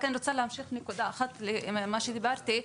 להמשיך נקודה אחת למה שדיברתי.